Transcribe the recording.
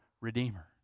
Redeemer